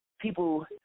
people